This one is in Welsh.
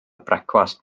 brecwast